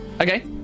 Okay